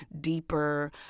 deeper